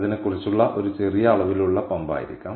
അതിനെക്കുറിച്ചുള്ള ഒരു ചെറിയ അളവിലുള്ള പമ്പ് ആയിരിക്കാം